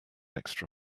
extra